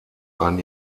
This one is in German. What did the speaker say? ein